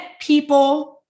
people